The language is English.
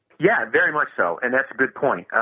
yeah, very much so and that's a good point.